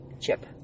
chip